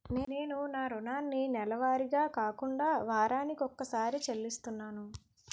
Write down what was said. నేను నా రుణాన్ని నెలవారీగా కాకుండా వారాని కొక్కసారి చెల్లిస్తున్నాను